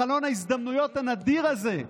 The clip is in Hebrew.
בחלון ההזדמנויות הנדיר הזה,